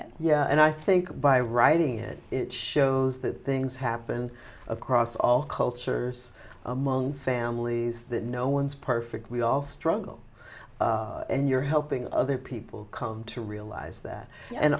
it and i think by writing it it shows that things happen across all cultures among families that no one's perfect we all struggle and you're hoping other people come to realize that and